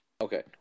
Okay